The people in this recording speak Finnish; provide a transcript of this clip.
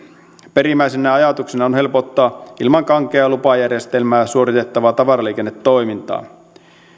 perimmäisenä ajatuksena on helpottaa ilman kankeaa lupajärjestelmää suoritettavaa tavaraliikennetoimintaa